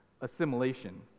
assimilation